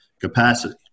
capacity